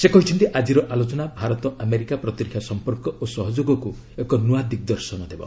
ସେ କହିଛନ୍ତି ଆଜିର ଆଲୋଚନା ଭାରତ ଆମେରିକା ପ୍ରତିରକ୍ଷା ସମ୍ପର୍କ ଓ ସହଯୋଗକୁ ଏକ ନ୍ତ୍ରଆ ଦିଗ୍ଦର୍ଶନ ଦେବ